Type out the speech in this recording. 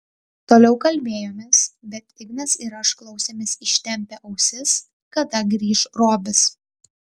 toliau kalbėjomės bet ignas ir aš klausėmės ištempę ausis kada grįš robis